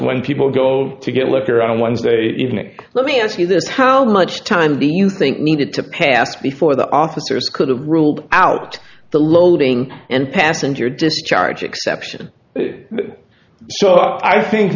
when people go to get liquor on wednesday evening let me ask you this how much time before you think needed to pass before the officers could have ruled out the loading and passenger discharge exception so i think